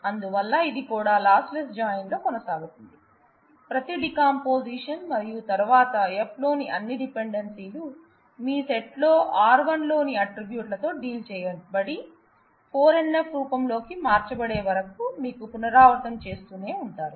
అందువల్ల ఇది కూడా లాస్ లెస్ జాయిన్ లో కొనసాగుతుంది ప్రతి డికంపోసిషన్ మరియు తరువాత Fలో అన్ని డిపెండెన్సీలు మీ సెట్ లో R 1 లోని ఆట్రిబ్యూట్ లతో డీల్ చేయబడి 4 NF రూపం లోకి మార్చబడేవరకు మీరు పునరావృతం చేస్తూనే ఉంటారు